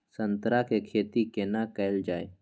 संतरा के खेती केना कैल जाय?